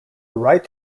right